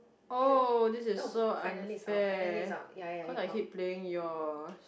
oh this is so unfair cause I keep playing yours